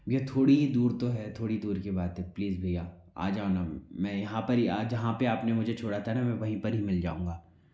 भैया थोड़ी ही दूर तो है थोड़ी दूर की बात है प्लीज़ भैया आ जाओ न मैं यहाँ पर ही आज जहाँ पर आपने मुझे छोड़ा था न मैं वहीं पर ही मिल जाऊंगा